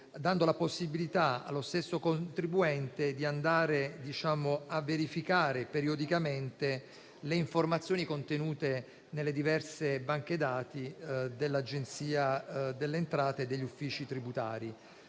dando la possibilità allo stesso di verificare periodicamente le informazioni contenute nelle diverse banche dati dell'Agenzia delle entrate e degli uffici tributari.